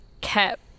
kept